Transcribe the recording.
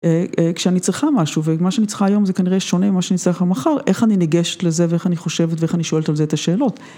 כשאני צריכה משהו ומה שאני צריכה היום זה כנראה שונה ממה שאני צריכה מחר, איך אני ניגשת לזה ואיך אני חושבת ואיך אני שואלת על זה את השאלות.